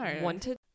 wanted